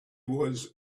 was